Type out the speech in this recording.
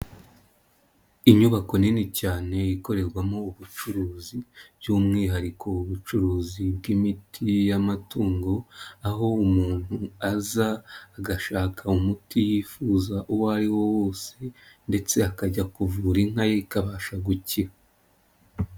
Inyubako nini cyane ikorerwamo ubucuruzi by'umwihariko ubucuruzi bw'imiti y'amatungo, aho umuntu aza agashaka umuti yifuza uwo ari wo wose ndetse akajya kuvura inka ye ikabasha gukira.